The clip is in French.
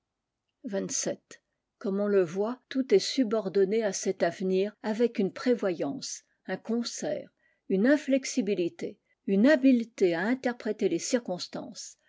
xxvii comme on le voit tout est subordonné à cet avenir avec une prévoyance un concert une inflexibilité une habileté à interpréter les circonstances